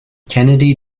kennedy